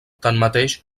tanmateix